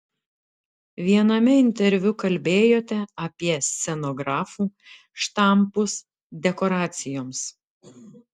viename interviu kalbėjote apie scenografų štampus dekoracijoms